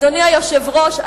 אדוני היושב-ראש,